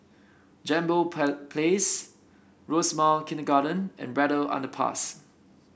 Jambol Place Rosemount Kindergarten and Braddell Underpass